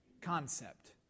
concept